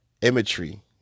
imagery